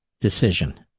decision